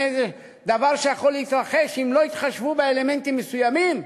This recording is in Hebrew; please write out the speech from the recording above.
דבר שיכול להתרחש אם לא יתחשבו באלמנטים מסוימים?